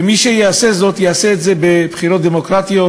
ומי שיעשה זאת, יעשה את זה בבחירות דמוקרטיות,